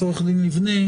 עורך הדין ליבנה,